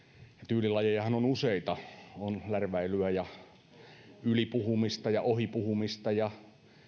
tyylilajejahan on useita on lärväilyä ja ylipuhumista ja ohipuhumista ja